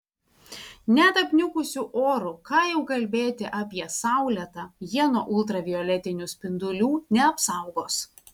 net apniukusiu oru ką jau kalbėti apie saulėtą jie nuo ultravioletinių spindulių neapsaugos